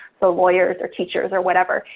so lawyers or teachers or whatever,